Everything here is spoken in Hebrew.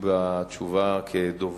הסביבה ביום י"ז בחשוון התש"ע (4 בנובמבר